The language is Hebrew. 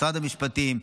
משרד המשפטים,